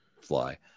fly